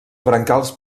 brancals